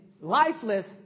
lifeless